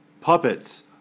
puppets